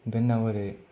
आमफ्राय बेनि उनाव ओरै